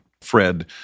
Fred